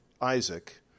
Isaac